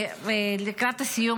לקראת הסיום,